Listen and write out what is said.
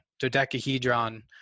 dodecahedron